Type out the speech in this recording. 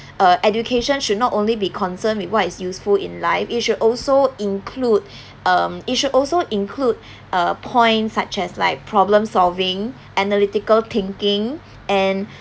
uh education should not only be concerned with what is useful in life it should also include um it should also include uh points such as like problem solving analytical thinking and